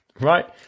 right